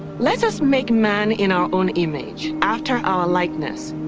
let us make man in our own image, after our likeness.